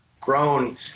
grown